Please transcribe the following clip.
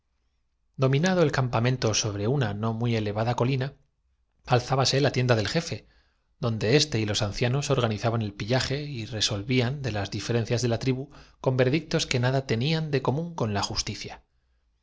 dominando el campamento sobre una no muy ele vada colina alzábase la tienda del jefe donde éste y los ancianos organizaban el pillaje y resolvían las di ferencias de la tribu con veredictos que nada tenían de común con la justicia